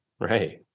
right